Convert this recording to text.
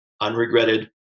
unregretted